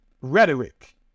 rhetoric